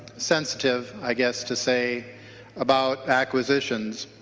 sensitive i guess to say about acquisitions